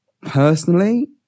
Personally